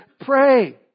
pray